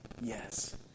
Yes